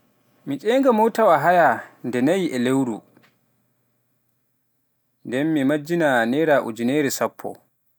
mi enga mootawa haaya ne naayi e lewru, nden mi majjina naira ujinere sappo.